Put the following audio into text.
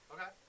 Okay